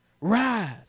Rise